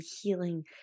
healing